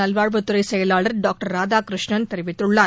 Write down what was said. நல்வாழ்வுத்துறை செயலாளர் டாக்டர் ராதாகிருஷ்ணன் தெரிவித்துள்ளார்